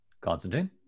Constantine